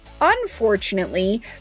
unfortunately